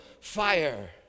fire